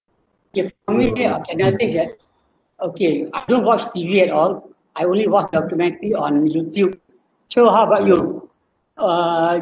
give for me oh another things that okay I don't watch T_V at all I only watch documentary on YouTube so how about you uh